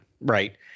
right